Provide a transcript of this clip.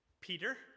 Peter